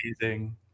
amazing